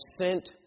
sent